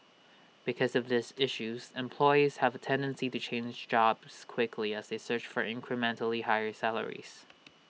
because of these issues employees have A tendency to change jobs quickly as they search for incrementally higher salaries